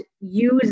use